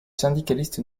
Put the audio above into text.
syndicaliste